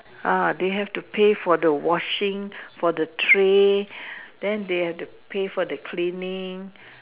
ah they have to pay for the washing for the tray then they have to pay for the cleaning